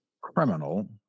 criminal